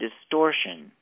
distortion